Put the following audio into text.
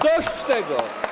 Dość tego.